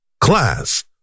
Class